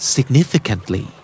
Significantly